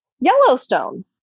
Yellowstone